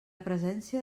presència